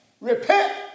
repent